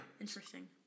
Interesting